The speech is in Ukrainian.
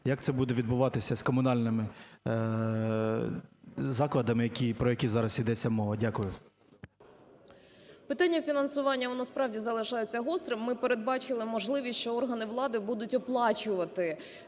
Як це буде відбуватися з комунальними закладами, про які зараз ідеться мова. Дякую. 12:40:17 СЮМАР В.П. Питання фінансування, воно, справді, залишається гострим. Ми передбачили можливість, що органи влади будуть оплачувати